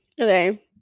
okay